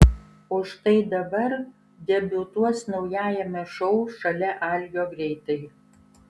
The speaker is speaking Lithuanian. o štai dabar debiutuos naujajame šou šalia algio greitai